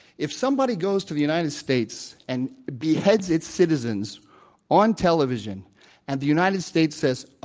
if somebody goes to the united states and beheads its citizens on television and the united states says,